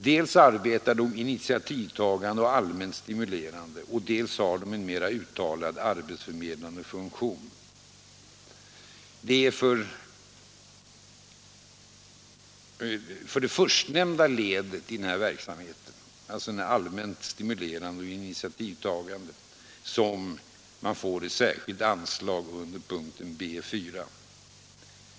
Dels arbetar de initiativtagande och allmänt stimulerande, dels har de en mer uttalad arbetsförmedlande funktion. Det är för det förstnämnda ledet i denna verksamhet, alltså det allmänt stimulerande och initiativtagande, som man får det särskilda anslaget under punkten B 4.